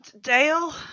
Dale